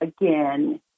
again